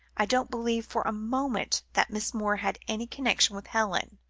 i don't believe for a moment, that miss moore had any connection with helen.